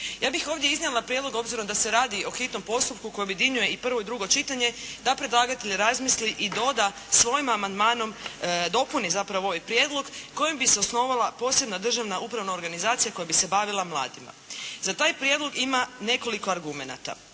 Ja bih ovdje iznijela prijedlog, obzirom da se radi o hitnom postupku koje objedinjuje i prvo i drugo čitanje da predlagatelj razmisli i doda svojim amandmanom, dopune zapravo ovaj Prijedlog, kojim bi se osnovala posebna državna upravna organizacija koja bi se bavila mladima. Za taj prijedlog ima nekoliko argumenata.